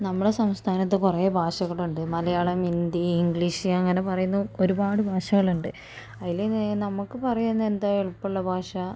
നമ്മുടെ സംസ്ഥാനത്ത് കുറേ ഭാഷകളുണ്ട് മലയാളം ഹിന്ദി ഇംഗ്ലീഷ് അങ്ങനെ പറയുന്ന ഒരുപാട് ഭാഷകളുണ്ട് അതിൽ നമുക്ക് പറയാൻ എന്താ എളുപ്പമുള്ള ഭാഷ